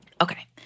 Okay